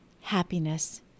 happiness